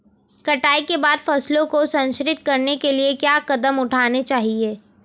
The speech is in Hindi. कटाई के बाद फसलों को संरक्षित करने के लिए क्या कदम उठाने चाहिए?